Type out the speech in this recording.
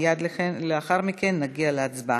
מייד לאחר מכן נגיע להצבעה.